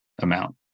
amount